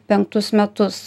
penktus metus